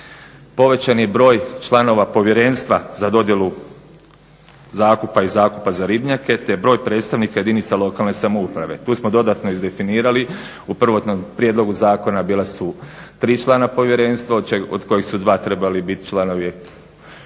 Povećan je broj članova Povjerenstva za dodjelu zakupa i zakupa za ribnjake te broj predstavnika jedinica lokalne samouprave. Tu smo dodatno izdefinirali u prvotnom prijedlogu zakona bila su 3 člana povjerenstva, od kojih su 2 trebali biti članovi